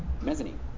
Mezzanine